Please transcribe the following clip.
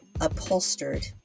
upholstered